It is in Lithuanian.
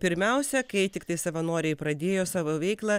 pirmiausia kai tiktai savanoriai pradėjo savo veiklą